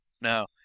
No